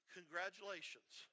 Congratulations